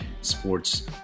Sports